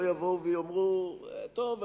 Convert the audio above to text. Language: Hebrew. לא יאמרו: טוב,